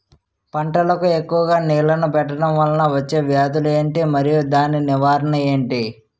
పంటలకు ఎక్కువుగా నీళ్లను పెట్టడం వలన వచ్చే వ్యాధులు ఏంటి? మరియు దాని నివారణ ఏంటి?